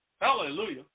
Hallelujah